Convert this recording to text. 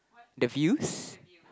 the views